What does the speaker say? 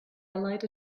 allied